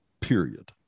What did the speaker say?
period